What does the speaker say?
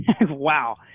Wow